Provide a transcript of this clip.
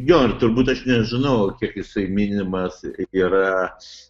jo ir turbūt aš nežinau kiek jisai minimas yra